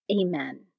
Amen